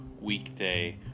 weekday